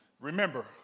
Remember